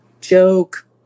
joke